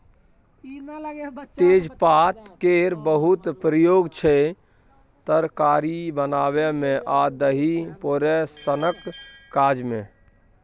तेजपात केर बहुत प्रयोग छै तरकारी बनाबै मे आ दही पोरय सनक काज मे